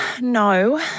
No